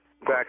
back